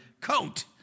coat